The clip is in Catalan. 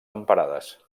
temperades